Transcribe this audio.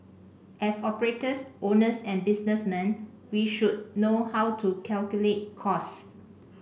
as operators owners and businessmen we should know how to calculate costs